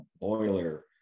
boiler